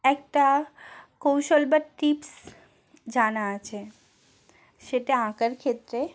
একটা কৌশল বা টিপস জানা আছে সেটা আঁকার ক্ষেত্রে